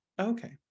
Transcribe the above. okay